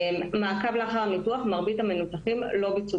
מבחינת מעקב לאחר ניתוח: מרבית המנותחים לא ביצעו